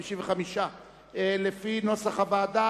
חד"ש, האיחוד הלאומי ומרצ,